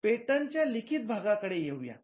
patent च्या लिखित भागाकडे कडे येऊ यात